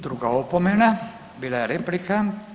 Druga opomena, bila je replika.